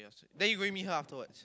then you going meet her afterwards